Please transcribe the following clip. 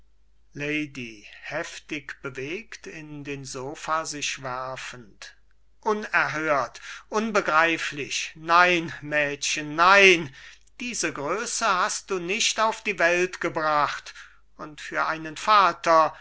werfend unerhört unbegreiflich nein mädchen nein diese größe hast du nicht auf die welt gebracht und für einen vater